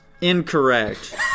Incorrect